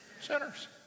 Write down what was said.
sinners